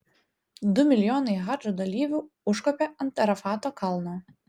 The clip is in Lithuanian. du milijonai hadžo dalyvių užkopė ant arafato kalno